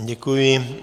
Děkuji.